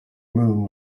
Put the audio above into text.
moon